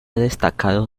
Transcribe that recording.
destacado